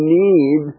need